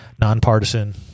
nonpartisan